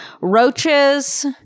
Roaches